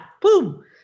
Boom